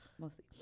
mostly